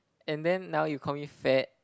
and then now you call me fat